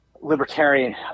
libertarian